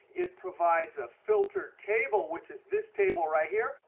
it provides a filtered table, which is this table right here,